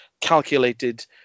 calculated